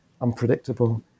unpredictable